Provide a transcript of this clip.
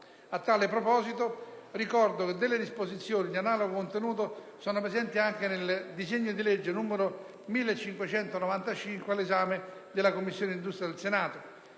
A tale proposito ricordo che delle disposizioni di analogo contenuto sono presenti anche nel disegno di legge n. 1195 all'esame della Commissione industria del Senato.